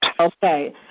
Okay